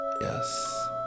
Yes